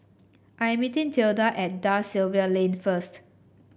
I meeting Tilda at Da Silva Lane first